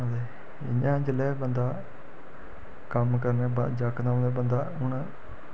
अदे जियां जेल्लै बी बंदा कम्म करने दे बाद जकदम गै बंदा हून